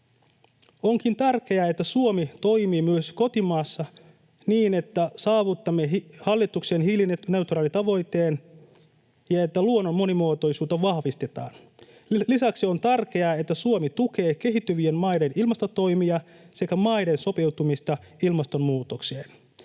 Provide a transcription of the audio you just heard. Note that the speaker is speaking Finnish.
Onkin tärkeää, että Suomi toimii myös kotimaassa niin, että saavutamme hallituksen hiilineutraaliustavoitteen ja että luonnon monimuotoisuutta vahvistetaan. Lisäksi on tärkeää, että Suomi tukee kehittyvien maiden ilmastotoimia sekä maiden sopeutumista ilmastonmuutokseen,